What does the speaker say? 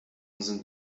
sind